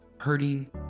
hurting